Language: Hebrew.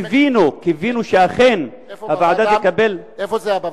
קיווינו שאכן הוועדה תקבל, איפה זה היה?